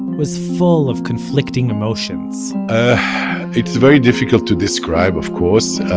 was full of conflicting emotions it's very difficult to describe, of course.